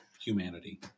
humanity